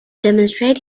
demonstrate